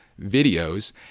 videos